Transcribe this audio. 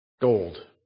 gold